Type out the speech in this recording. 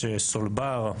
יש סולבר,